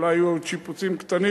אולי יהיו עוד שיפוצים קטנים.